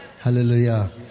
Hallelujah